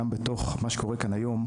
גם בתוך מה שקורה כאן היום,